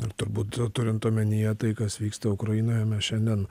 ir turbūt turint omenyje tai kas vyksta ukrainoje mes šiandien